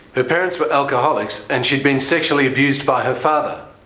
her parents were alcoholics and she had been sexually abused by her father.